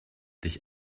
dich